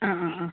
ആ ആ ആ